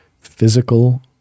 physical